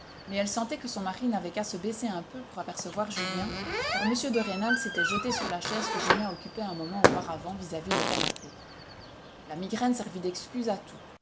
mais elle sentait que son mari n'avait qu'à se baisser un peu pour apercevoir julien car m de rênal s'était jeté sur la chaise que julien occupait un moment auparavant vis-à-vis le canapé la migraine servit d'excuse à tout